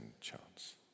chance